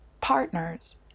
partners